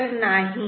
तर नाही